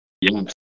Yes